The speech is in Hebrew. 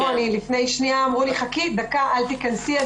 לפני שניה אמרו לי חכי דקה, אל תיכנסי.